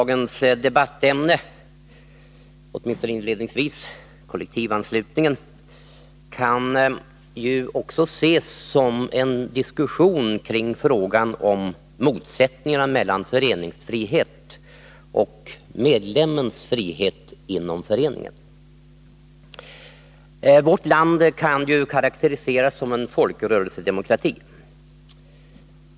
Herr talman! Dagens inledande debattämne, kollektivanslutningen, kan bl.a. ses som en diskussion av frågan om motsättningarna mellan föreningsfrihet och medlemmens frihet inom föreningen. Vårt land kan ju karakteriseras som en folkrörelsedemokrati.